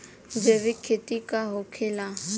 जैविक खेती का होखेला?